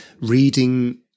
reading